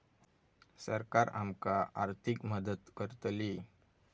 सरकार आमका आर्थिक मदत करतली?